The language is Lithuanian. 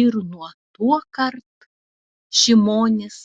ir nuo tuokart šimonis